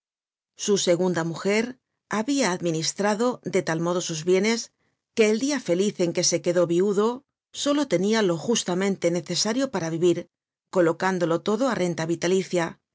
su segunda mujer habia administrado de tal modo sus bienes que el dia feliz en que se quedó viudo solo tenia lo justamente necesario para vivir colocándolo todo á renta vitalicia